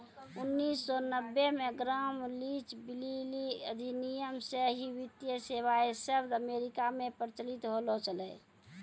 उन्नीस सौ नब्बे मे ग्राम लीच ब्लीली अधिनियम से ही वित्तीय सेबाएँ शब्द अमेरिका मे प्रचलित होलो छलै